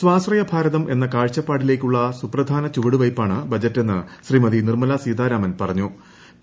സ്വാശ്രയഭാരതം എന്ന കാഴ്ചപ്പാടിലേക്കുള്ള സുപ്രധാ്നു ചുവടുവയ്പ്പാണ് ബജറ്റെന്ന് ശ്രീമതി നിർമ്മല സീതാരാമൻ പ്പറഞ്ഞു്